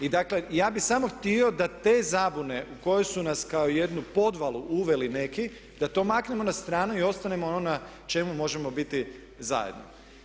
I dakle ja bi samo htio da te zabune u kojoj su nas kako jednu podvalu uveli neki, da to maknemo na stranu i ostanemo ono na čemu možemo biti zajedno.